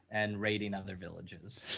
and raiding other villages,